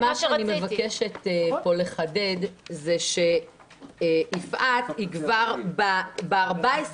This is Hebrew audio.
מה שאני מבקשת פה לחדד זה שיפעת כבר ב-14